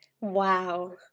Wow